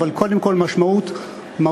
אבל קודם כול משמעות מהותית.